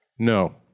No